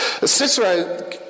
Cicero